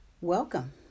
Welcome